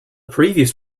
previous